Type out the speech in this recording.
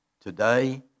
today